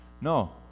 No